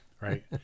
right